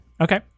Okay